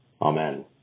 Amen